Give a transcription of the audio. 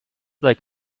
like